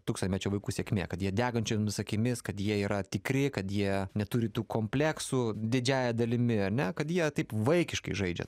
tūkstantmečio vaikų sėkmė kad jie degančiomis akimis kad jie yra tikri kad jie neturi tų kompleksų didžiąja dalimi ar ne kad jie taip vaikiškai žaidžia